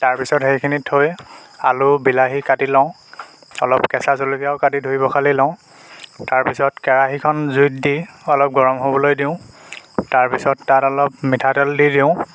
তাৰপিছত সেইখিনি থৈ আলু বিলাহী কাটি লওঁ অলপ কেঁচা জলকীয়াও কাটি ধুই পখালি লওঁ তাৰপিছত কেৰাহীখন জুইত দি অলপ গৰম হ'বলৈ দিওঁ তাৰপিছত তাত অলপ মিঠাতেল দি দিওঁ